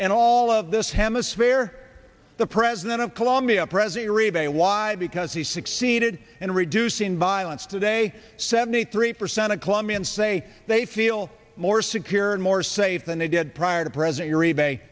and all of this hemisphere the president of columbia presbyterian bay why because he succeeded in reducing violence today seventy three percent of colombians say they feel more secure and more safe than they did prior to present your e bay